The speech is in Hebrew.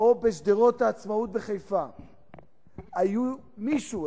או בשדרות-העצמאות בחיפה מישהו,